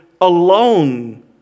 alone